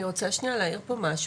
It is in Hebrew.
אני רוצה להעיר משהו.